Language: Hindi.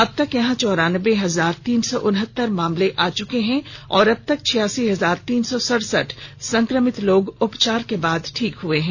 अबतक यहां चौरानबे हजार तीन सौ उनहत्तर मामले आ चुके हैं और अबतक छियासी हजार तीन सौ सड़सठ संक्रमित लोग उपचार के बाद ठीक हो चुके हैं